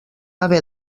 haver